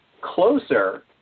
closer